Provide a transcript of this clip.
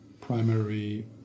primary